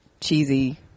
cheesy